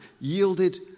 yielded